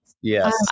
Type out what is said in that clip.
Yes